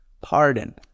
pardon